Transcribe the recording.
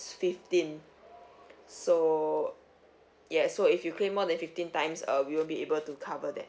fifteen so yes so if you claim more than fifteen times uh we won't be able to cover that